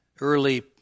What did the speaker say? Early